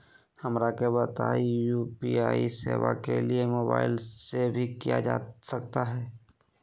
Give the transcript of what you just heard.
हमरा के बताइए यू.पी.आई सेवा के लिए मोबाइल से भी किया जा सकता है?